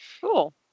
Cool